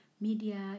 media